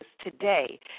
today